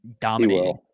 dominating